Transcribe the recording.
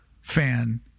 fan